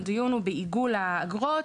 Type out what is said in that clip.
הדיון הוא בעיגול האגרות,